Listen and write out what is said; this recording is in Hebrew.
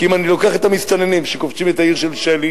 כי אם אני לוקח את המסתננים שכובשים את העיר של שלי,